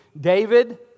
David